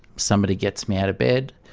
somebody gets me out of bed,